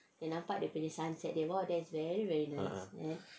a'ah